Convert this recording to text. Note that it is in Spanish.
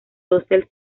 dosel